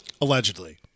Allegedly